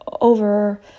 over-